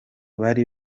bari